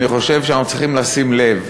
אני חושב שאנחנו צריכים לשים לב